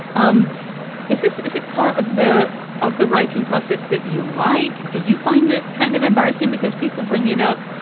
um is this is it part of the of the writing process that you like? do you find it kind of embarrassing because people bring it up?